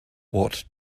what